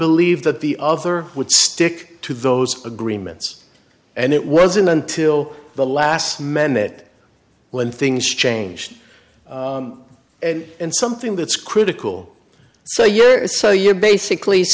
believe that the other would stick to those agree immense and it wasn't until the last minute when things changed and something that's critical so yeah so you're basically